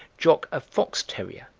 jock a fox-terrier,